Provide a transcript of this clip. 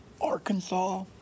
Arkansas